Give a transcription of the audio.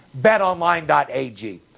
BetOnline.ag